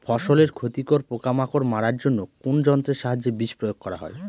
ফসলের ক্ষতিকর পোকামাকড় মারার জন্য কোন যন্ত্রের সাহায্যে বিষ প্রয়োগ করা হয়?